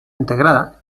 integrada